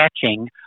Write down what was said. catching